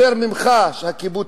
יותר ממך, הקיבוצניק.